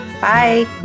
Bye